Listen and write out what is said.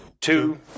two